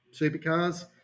supercars